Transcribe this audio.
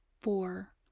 four